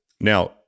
Now